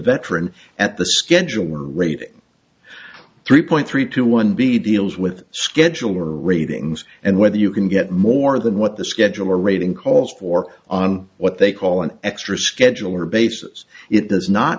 veteran at the scheduling rate three point three two one b deals with schedule or ratings and whether you can get more than what the scheduler rating calls for on what they call an extra schedule or bases it does not